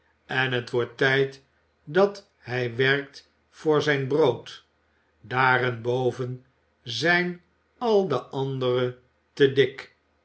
en het wordt tijd dat hij werkt voor zijn brood daarenboven zijn al de andere te dik